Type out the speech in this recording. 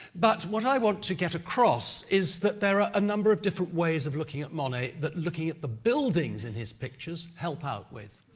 but what i want to get across is that there are a number of different ways of looking at monet, that looking at the buildings in his pictures help out with.